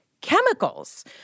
chemicals